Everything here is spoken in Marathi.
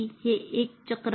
हे एक चक्र आहे